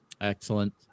excellent